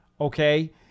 okay